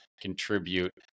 contribute